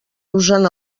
usen